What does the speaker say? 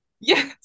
Yes